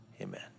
Amen